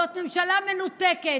זאת ממשלה מנותקת.